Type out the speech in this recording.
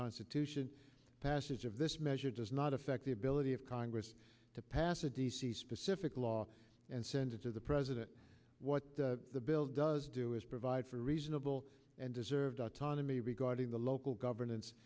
constitution passage of this measure does not affect the ability of congress to pass a d c specific law and send it to the president what the bill does do is provide for reasonable and deserved autonomy regarding the local governance